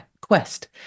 quest